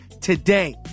today